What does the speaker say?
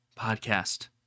Podcast